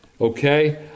Okay